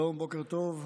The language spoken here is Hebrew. שלום, בוקר טוב,